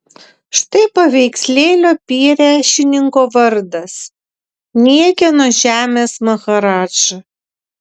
štai paveikslėlio priešininko vardas niekieno žemės maharadža